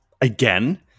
again